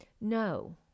No